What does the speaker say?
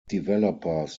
developers